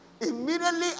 Immediately